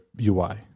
UI